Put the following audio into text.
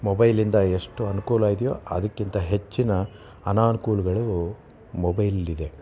ಮೊಬೈಲಿಂದ ಎಷ್ಟು ಅನುಕೂಲ ಇದೆಯೋ ಅದಕ್ಕಿಂತ ಹೆಚ್ಚಿನ ಅನನುಕೂಲಗಳು ಮೊಬೈಲಲ್ಲಿದೆ